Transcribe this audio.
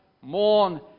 mourn